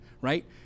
right